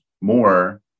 more